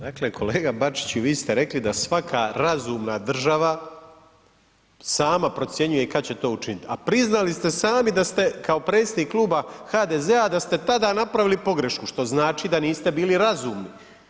Dakle kolega Bačiću, vi ste rekli da svaka razumna država sama procjenjuje kad će to učiniti a priznali ste sami da ste kao predsjednik kluba HDZ-a da ste tada napravili pogrešku što znači da niste bili razumni.